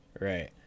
right